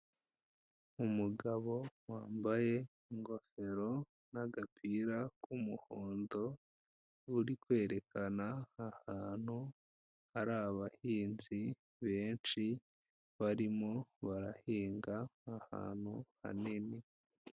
Umugabo wambaye ingofero n'agapira k'umuhondo, uri kwerekana ahantu, hari abahinzi benshi, barimo barahinga, ahantu hanini.